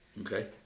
Okay